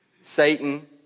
Satan